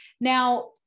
Now